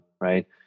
right